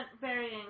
varying